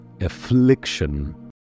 affliction